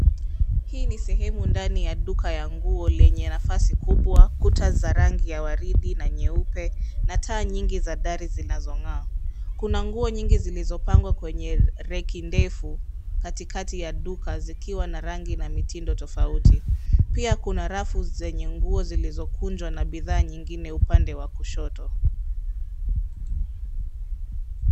Hii ni sehemu ndani ya duka ya nguo lenye nafasi kubwa, kuta za rangi ya waridi na nyeupe, na taa nyingi za dari zinazong'aa. Kuna nguo nyingi zilizopangwa kwenye reki ndefu katikati ya duka zikiwa na rangi na mitindo tofauti. Pia kuna rafu zenye nguo zilizokunjwa na bidhaa nyingine upande wa kushoto.